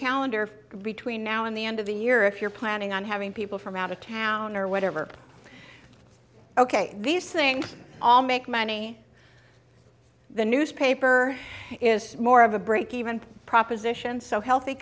calendar between now and the end of the year if you're planning on having people from out of town or whatever ok these things all make money the newspaper is more of a break even proposition so healthy